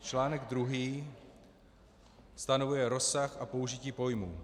Článek druhý stanovuje rozsah a použití pojmů.